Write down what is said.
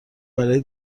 برای